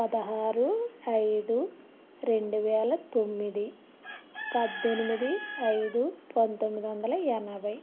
పదహారు ఐదు రెండు వేల తొమ్మిది పద్దెనిమిది ఐదు పంతొమ్మిది వందల ఎనభై